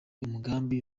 umugambi